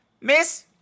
Miss